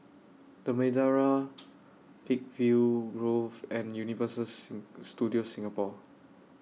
The Madeira Peakville Grove and Universal Studios Singapore